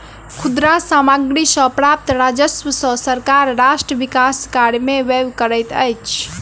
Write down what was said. खुदरा सामग्री सॅ प्राप्त राजस्व सॅ सरकार राष्ट्र विकास कार्य में व्यय करैत अछि